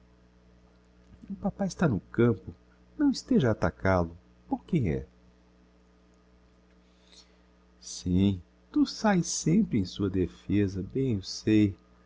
o papá está no campo não esteja a atacál o por quem é sim tu saes sempre em sua defêsa bem o sei